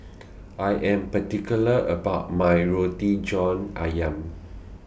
I Am particular about My Roti John Ayam